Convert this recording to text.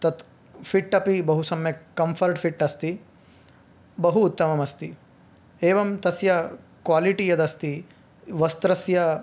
तत् फ़िट् अपि बहुसम्यक् कम्फ़र्ट् फिट् अस्ति बहु उत्तममस्ति एवं तस्य क्वालिटि यदस्ति वस्त्रस्य